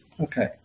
Okay